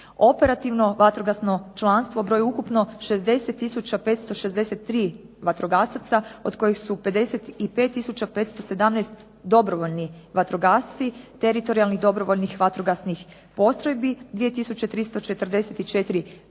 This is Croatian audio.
Operativno vatrogasno članstvo broji ukupno 60563 vatrogasaca od kojih su 55517 dobrovoljni vatrogasci teritorijalnih dobrovoljnih vatrogasnih postrojbi. 2344 profesionalni